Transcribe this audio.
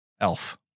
Elf